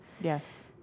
Yes